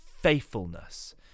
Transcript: faithfulness